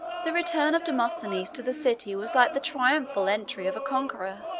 the return of demosthenes to the city was like the triumphal entry of a conqueror.